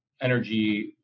energy